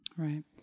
Right